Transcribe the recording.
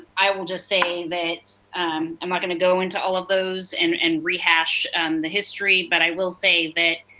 i will just say that i am not going to go into all of those and and rehash and the history, history, but i will say that